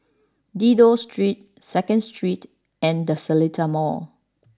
Dido Street Second Street and The Seletar Mall